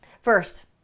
First